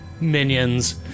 minions